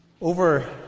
Over